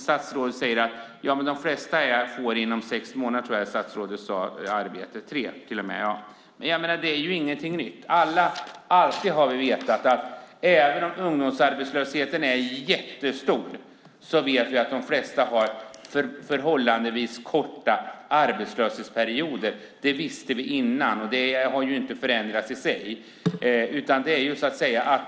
Statsrådet säger att de flesta får jobb inom tre månader. Det är ingenting nytt. Vi har alltid vetat att även om ungdomsarbetslösheten är jättehög har de flesta förhållandevis korta arbetslöshetsperioder. Det visste vi tidigare, och det har inte förändrats i sig.